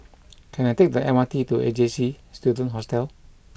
can I take the M R T to A J C Student Hostel